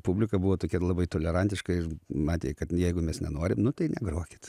publika buvo tokia labai tolerantiška ir matė kad jeigu mes nenorim nu tai negrokit